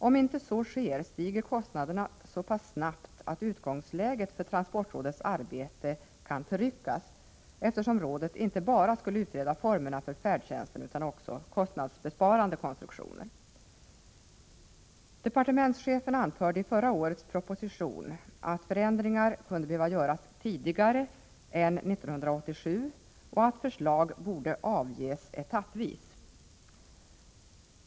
Om inte så sker stiger kostnaderna så pass snabbt att utgångsläget för transportrådets arbete kan förryckas, eftersom rådet inte bara skulle utreda formerna för färdtjänsten utan också hitta kostnadsbesparande konstruktioner. Departementschefen anförde i förra årets proposition att förändringar kunde behöva göras tidigare än 1987 och att förslag borde avges etappvis.